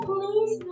Please